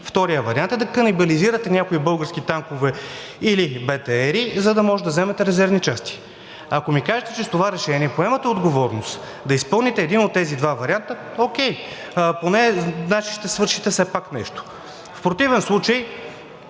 вторият е да канибализирате някои български танкове или БТР-и, за да може да вземете резервни части. Ако ми кажете, че с това решение поемате отговорност да изпълните един от тези два варианта – окей, значи ще свършите все пак нещо. В противен случай